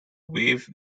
wave